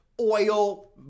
Oil